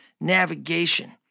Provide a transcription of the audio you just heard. navigation